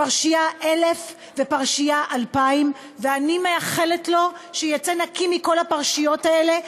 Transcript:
פרשייה 1000 ופרשייה 2000. אני מאחלת לו שיצא נקי מכל הפרשיות האלה,